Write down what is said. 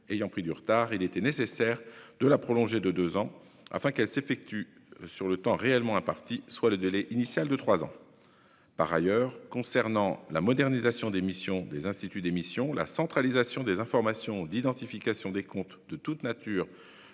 ayant pris du retard, il était nécessaire de la prolonger de deux ans, afin qu'elle s'effectue sur le temps réellement imparti, soit le délai initial de trois ans. Par ailleurs, concernant la modernisation des missions des Instituts d'émission, la centralisation des informations d'identification des comptes de toute nature